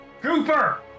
Cooper